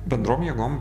bendrom jėgom